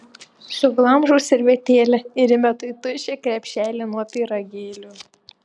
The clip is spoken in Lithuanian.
suglamžau servetėlę ir įmetu į tuščią krepšelį nuo pyragėlių